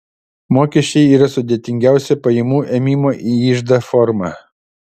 mokesčiai yra sudėtingiausia pajamų ėmimo į iždą forma